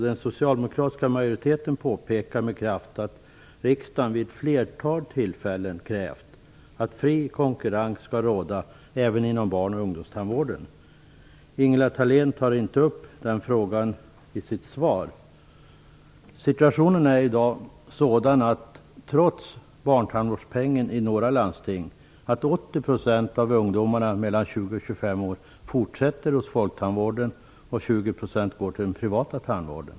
Den socialdemokratiska majoriteten påpekade med kraft att riksdagen vid ett flertal tillfällen har krävt att fri konkurrens bör råda även inom barnoch ungdomstandvården. Ingela Thalén tar inte upp den frågan i sitt svar. Situationen är i dag sådan att trots att barntandvårdspengen har införts i några landsting fortsätter 80 % av ungdomarna mellan 20 och 25 år hos folktandvården medan 20 % går över till den privata tandvården.